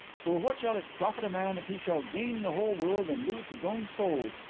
for what shall it profit a man if he shall gain the whole world and lose his own soul?